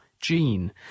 Gene